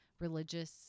religious